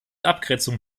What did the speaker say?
abgrenzung